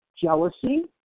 jealousy